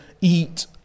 eat